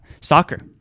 soccer